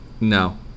No